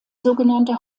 sogenannter